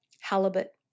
halibut